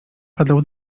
padał